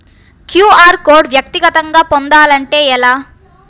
QR code వ్యక్తిగతంగా పొందాలంటే ఎలా?